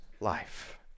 life